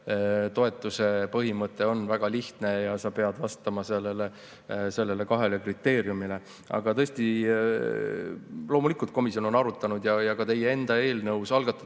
toetuse põhimõte on väga lihtne: sa pead vastama nendele kahele kriteeriumile. Aga loomulikult, komisjon on arutanud ja ka teie enda algatatud